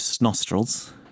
nostrils